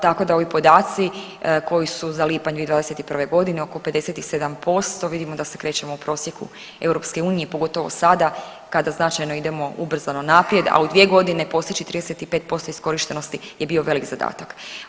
Tako da ovi podaci koji su za lipanj 2021. godine oko 57% vidimo da se krećemo u prosjeku EU, pogotovo sada kada značajno idemo ubrzano naprijed, a u dvije godine postići 35% iskorištenosti je bio velik zadatak.